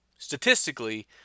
Statistically